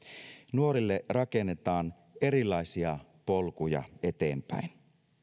nuorille rakennetaan erilaisia polkuja eteenpäin